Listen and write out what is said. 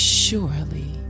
surely